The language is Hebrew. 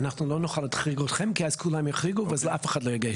אנחנו לא נוכל להחריג אתכם כי אז כולם יוחרגו ואף אחד לא יגיש.